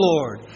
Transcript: Lord